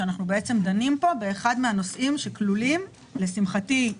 אנחנו דנים פה באחד הנושאים שכלולים לשמחתי,